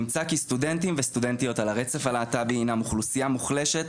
נמצא כי סטודנטים וסטודנטיות על הרצף הלהט"בי הינם אוכלוסייה מוחלשת,